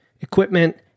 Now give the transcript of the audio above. equipment